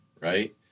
right